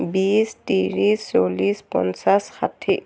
বিছ ত্ৰিছ চল্লিছ পঞ্চাছ ষাঠি